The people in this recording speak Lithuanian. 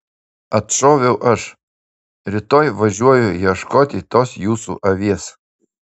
atšoviau aš rytoj važiuoju ieškoti tos jūsų avies